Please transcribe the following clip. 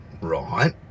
right